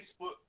Facebook